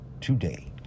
today